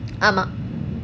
ஆமா:aamaa